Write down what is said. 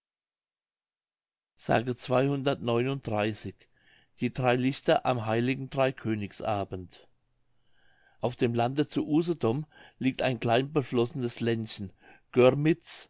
die drei lichter am h drei königs abend auf dem lande zu usedom liegt ein klein beflossen ländchen